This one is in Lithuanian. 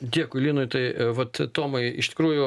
dėkui linui tai vat tomai iš tikrųjų